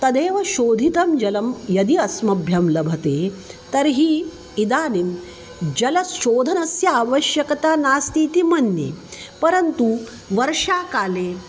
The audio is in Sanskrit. तदेव शोधितं जलं यदि अस्मभ्यं लभते तर्हि इदानीं जलशोधनस्य अवश्यकता नास्ति इति मन्ये परन्तु वर्षाकाले